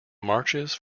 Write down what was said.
marches